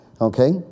okay